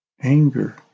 anger